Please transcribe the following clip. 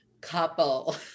couple